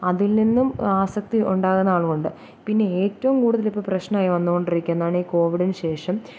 അതിൽനിന്നും ആസക്തി ഉണ്ടാകുന്ന ആളുമുണ്ട് പിന്നെ ഏറ്റും കൂടുതൽ ഇപ്പോൾ പ്രശ്നമായി വന്നുകൊണ്ടിരിക്കുന്നതാണ് ഈ കോവിഡിനു ശേഷം